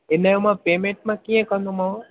इनजो मां पेमेंट मां कीअं कंदोमाव